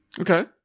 Okay